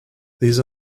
these